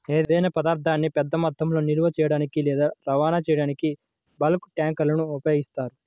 ఏదైనా పదార్థాన్ని పెద్ద మొత్తంలో నిల్వ చేయడానికి లేదా రవాణా చేయడానికి బల్క్ ట్యాంక్లను ఉపయోగిస్తారు